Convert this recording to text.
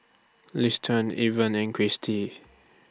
Liston Irven and Kristie